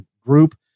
group